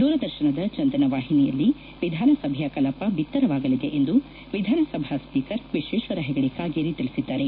ದೂರದರ್ತನದ ಚಂದನ ವಾಹಿನಿಯಲ್ಲಿ ವಿಧಾನಸಭೆಯ ಕಲಾಪ ಬಿತ್ತರವಾಗಲಿದೆ ಎಂದು ವಿಧಾನಸಭಾ ಸ್ಪೀಕರ್ ವಿಶ್ವೇಶ್ವರ ಹೆಗಡೆ ಕಾಗೇರಿ ತಿಳಿಸಿದ್ದಾರೆ